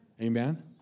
Amen